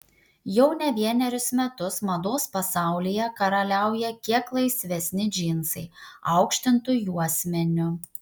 jau ne vienerius metus mados pasaulyje karaliauja kiek laisvesni džinsai aukštintu juosmeniu